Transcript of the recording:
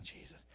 Jesus